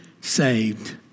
saved